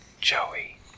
Joey